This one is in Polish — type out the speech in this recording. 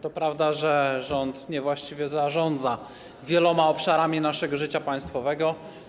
To prawda, że rząd niewłaściwie zarządza wieloma obszarami naszego życia państwowego.